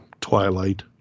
twilight